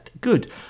good